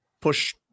push